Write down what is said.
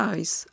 Eyes